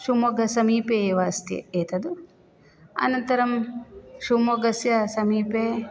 शिव्मोग्गासमीपे एव अस्ति एतत् अनन्तरं शिव्मोग्गस्य समीपे